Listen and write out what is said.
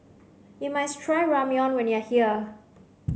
You must try Ramyeon when you are here